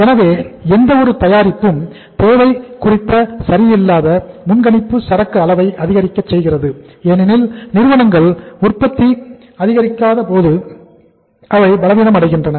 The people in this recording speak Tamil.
எனவே எந்தவொரு தயாரிப்புக்கும் தேவை குறித்த சரியில்லாத முன்கணிப்பு சரக்கு அளவை அதிகரிக்கச் செய்கிறது ஏனெனில் நிறுவனங்கள் உற்பத்தி செயல்முறைகளை பலப்படுத்துகின்றன